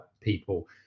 people